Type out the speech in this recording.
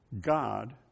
God